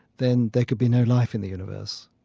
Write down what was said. then there could be no life in the universe.